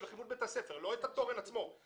לכיוון בית הספר אבל לא את התורן עצמו,